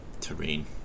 terrain